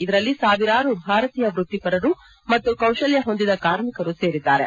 ಇದರಲ್ಲಿ ಸಾವಿರಾರು ಭಾರತೀಯ ವ್ಯಕ್ತಿಪರು ಮತ್ತು ಕೌಶಲ್ಯ ಹೊಂದಿದ ಕಾರ್ಮಿಕರು ಸೇರಿದ್ದಾರೆ